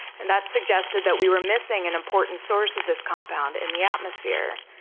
and that suggested that we were missing an important source of this compound in the atmosphere.